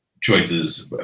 choices